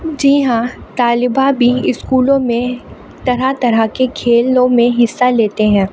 جی ہاں طالبات بھی اسکولوں میں طرح طرح کے کھیلوں میں حصہ لیتے ہیں